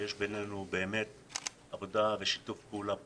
שיש בינינו עבודה ושיתוף פעולה פורה.